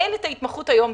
אין את ההתמחות היום,